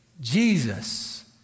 Jesus